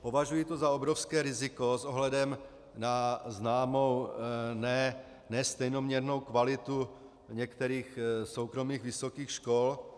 Považuji to za obrovské riziko s ohledem na známou nestejnoměrnou kvalitu některých soukromých vysokých škol.